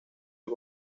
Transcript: las